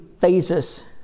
phases